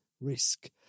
risk